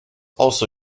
also